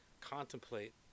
contemplate